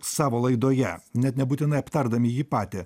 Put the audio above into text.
savo laidoje net nebūtinai aptardami jį patį